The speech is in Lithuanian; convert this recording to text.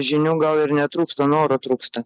žinių gal ir netrūksta noro trūksta